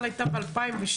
בכלל הייתה ב-2002,